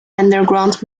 underground